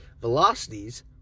velocities